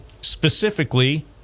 specifically